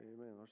Amen